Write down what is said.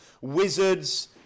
wizards